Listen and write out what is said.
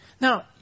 Now